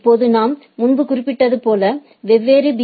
இப்போது நாம் முன்பு குறிப்பிட்டது போல வெவ்வேறு பி